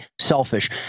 selfish